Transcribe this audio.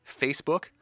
Facebook